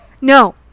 No